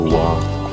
walk